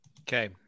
Okay